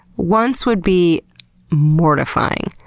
once would be mortifying,